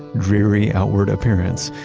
dreary outward appearance,